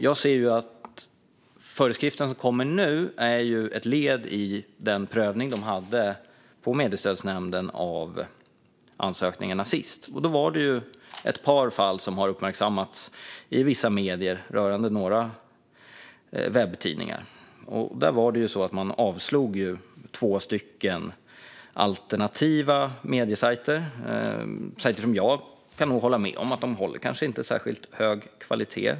Jag ser att de föreskrifter som kommer nu är en följd av den prövning av ansökningar som mediestödsnämnden gjorde senast. Det är ett par fall som har uppmärksammats i vissa medier. Det rör några webbtidningar. Man avslog ansökningar från två alternativa mediesajter. Jag kan nog hålla med om att de inte håller särskilt hög kvalitet.